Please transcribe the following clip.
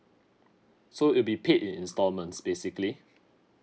so it'll be paid in instalments basically